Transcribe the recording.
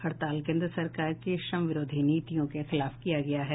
हड़ताल केंद्र सरकार की श्रम विरोधी नीतियों के खिलाफ किया जा रहा है